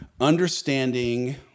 understanding